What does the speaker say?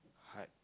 heart